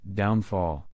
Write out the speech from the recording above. .downfall